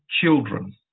children